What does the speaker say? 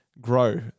grow